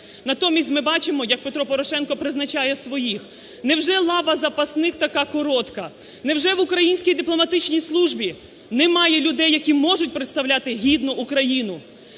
натомість ми бачимо, як Петро Порошенко призначає своїх. Невже лава запасних така коротка? Невже в українській дипломатичній службі немає людей, які можуть представляти гідно Україну?